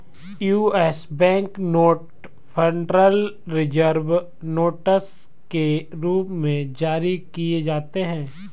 US bank note Federal Reserve notes के रूप में जारी किए जाते हैं